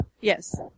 yes